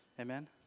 Amen